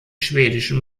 schwedischen